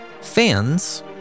Fans